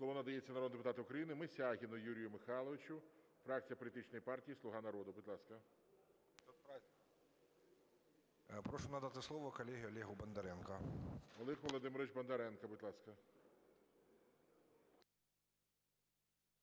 Слово надається народному депутату України Мисягіну Юрію Михайловичу, фракція політичної партії "Слуга народу". Будь ласка. 12:33:10 МИСЯГІН Ю.М. Прошу надати слово колезі Олегу Бондаренку. ГОЛОВУЮЧИЙ. Олег Володимирович Бондаренко, будь ласка.